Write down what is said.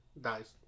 Dies